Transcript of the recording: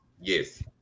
Yes